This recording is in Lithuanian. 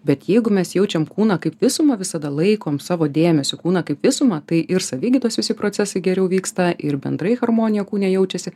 bet jeigu mes jaučiam kūną kaip visumą visada laikom savo dėmesiu kūną kaip visumą tai ir savigydos visi procesai geriau vyksta ir bendrai harmonija kūne jaučiasi